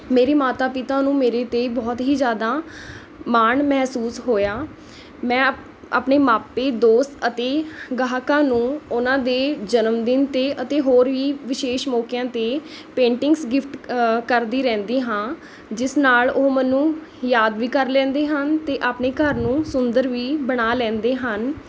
ਮੇਰੇ ਮਾਤਾ ਪਿਤਾ ਨੂੰ ਮੇਰੇ 'ਤੇ ਬਹੁਤ ਹੀ ਜ਼ਿਆਦਾ ਮਾਣ ਮਹਿਸੂਸ ਹੋਇਆ ਮੈਂ ਅਪ ਆਪਣੇ ਮਾਪੇ ਦੋਸਤ ਅਤੇ ਗਾਹਕਾਂ ਨੂੰ ਉਹਨਾਂ ਦੇ ਜਨਮਦਿਨ 'ਤੇ ਅਤੇ ਹੋਰ ਵੀ ਵਿਸ਼ੇਸ਼ ਮੌਕਿਆਂ ਅਤੇ ਪੇਂਟਿੰਗਜ਼ ਗਿਫਟ ਕਰਦੀ ਰਹਿੰਦੀ ਹਾਂ ਜਿਸ ਨਾਲ ਉਹ ਮੈਨੂੰ ਯਾਦ ਵੀ ਕਰ ਲੈਂਦੇ ਹਨ ਅਤੇ ਆਪਣੇ ਘਰ ਨੂੰ ਸੁੰਦਰ ਵੀ ਬਣਾ ਲੈਂਦੇ ਹਨ